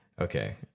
Okay